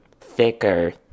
thicker